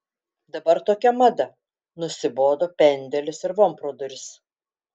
dabar tokia mada nusibodo pendelis ir von per duris